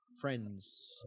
friends